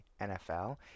NFL